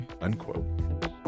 unquote